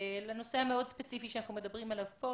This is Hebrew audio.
לנושא המאוד ספציפי שאנחנו מדברים עליו כאן,